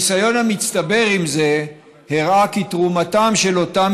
הניסיון המצטבר עם זה הראה כי תרומתם של אותם